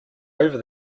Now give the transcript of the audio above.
over